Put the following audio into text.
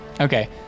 Okay